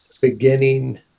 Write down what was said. Beginning